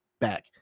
back